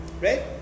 right